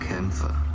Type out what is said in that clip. Kämpfer